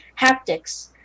Haptics